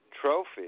trophy